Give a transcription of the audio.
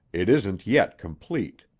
it isn't yet complete.